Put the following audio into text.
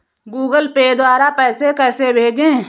Google Pay द्वारा पैसे कैसे भेजें?